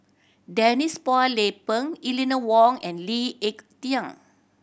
Denise Phua Lay Peng Eleanor Wong and Lee Ek Tieng